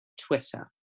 Twitter